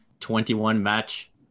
21-match